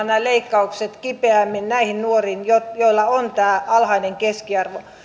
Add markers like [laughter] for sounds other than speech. [unintelligible] nämä leikkaukset tulevat kohdistumaan kipeämmin nimenomaan näihin nuoriin joilla on tämä alhainen keskiarvo